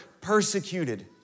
Persecuted